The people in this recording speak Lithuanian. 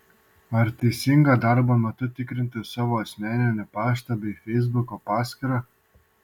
ar teisinga darbo metu tikrinti savo asmeninį paštą bei feisbuko paskyrą